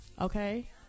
okay